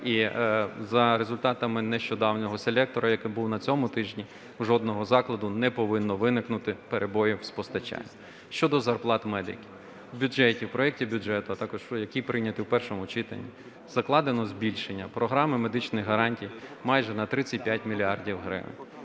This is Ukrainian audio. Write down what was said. і за результатами нещодавнього селектору, який був на цьому тижні, жодного закладу не повинно виникнути перебоїв з постачанням. Щодо зарплат медиків. В проекті бюджету, який прийнятий в першому читанні, закладено збільшення програми медичних гарантій майже на 35 мільярдів гривень.